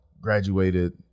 graduated